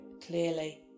clearly